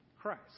Christ